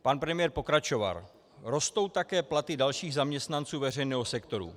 Pan premiér pokračoval: Rostou také platy dalších zaměstnanců veřejného sektoru.